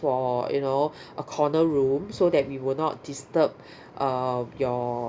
for you know a corner room so that we will not disturb uh your